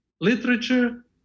literature